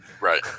right